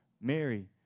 Mary